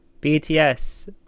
BTS